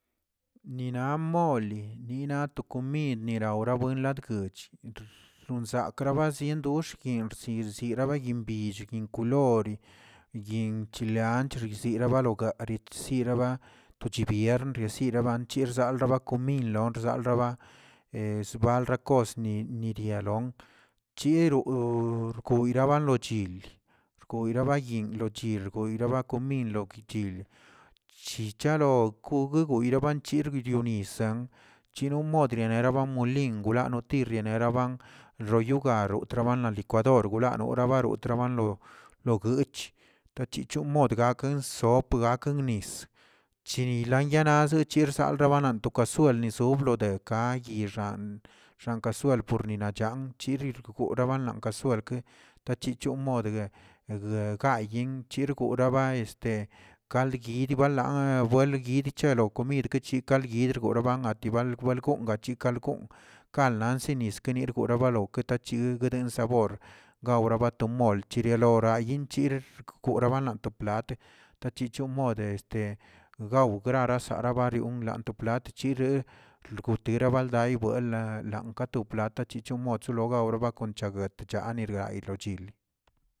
Nina mol, nina to komid, nlaura bueladguch xsakrabasien dox yinꞌ sir sirbayin bill yin kolor, yin' chile anch riziribaloka ritsiriba to chi biern resireba chersaldabakw mil lonsarabakw sbalrakosni nidialon chiroꞌo koyra balochil, rkora bayin chirgoygabarak min loki chilchichalokgogue gueyrabachirgui lo nisa, chino modrien raba molin wla notiri rabaramroyogarot wanla lo licuador wla nola barot tragonlo goch tachichon mod gakə sop gak nnis, chinin lanyana dochirsaldaa lan to casuel soblodek agyixan xan kasuel porni nachan yirirguraba lankasuelke, tachichon modgue egue gayin yirgoraba este kald guidbꞌ laa buelguid chalo komid gui kald yid goroban atibar gwelgonꞌ gachiꞌ galgonꞌ kan lansini kenir balargonke tachug gden sabor, gawra batom gulchiera gora guinchir rkora banato platə tachichon mode gaw graras sarabarioꞌ lant to platchre kutirabald eybuenla lankato plat chichomotso logaoro ban kochag de chane rgay chil.